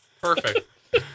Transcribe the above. Perfect